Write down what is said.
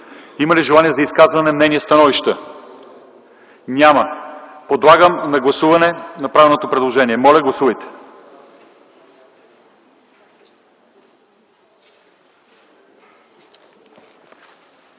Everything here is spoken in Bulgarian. Има ли желание за изказвания, мнения и становища? Няма. Подлагам на гласуване направеното предложение. Моля, гласувайте.